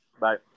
Bye